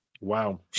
Wow